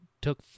took